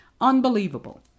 unbelievable